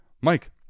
Mike